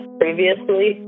previously